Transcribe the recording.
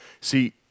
See